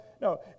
no